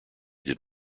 did